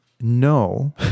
No